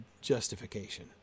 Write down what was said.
justification